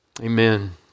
Amen